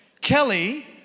Kelly